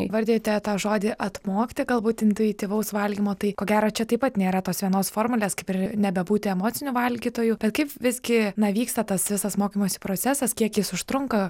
įvardijote tą žodį atmokti galbūt intuityvaus valgymo tai ko gero čia taip pat nėra tos vienos formulės kaip ir nebebūti emocinių valgytoju bet kaip visgi na vyksta tas visas mokymosi procesas kiek jis užtrunka